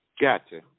Gotcha